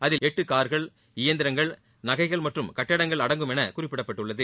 அதில் எட்டு கார்கள் இயந்திரங்கள் நகைகள் மற்றும் கட்டடங்கள் அடங்கும் என்றும் குறிப்பிடப்பட்டுள்ளது